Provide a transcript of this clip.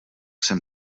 jsem